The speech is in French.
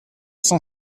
cent